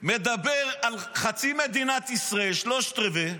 מדבר על חצי מדינת ישראל, שלושת-רבעי,